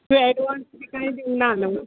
तूं एडवांस बी कांय दिवं ना न्हू